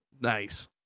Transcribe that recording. nice